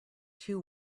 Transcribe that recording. two